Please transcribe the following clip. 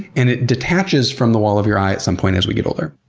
and it detaches from the wall of your eye at some point as we get older.